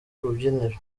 rubyiniro